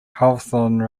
hawthorne